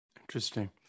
Interesting